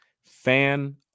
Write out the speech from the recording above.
Fan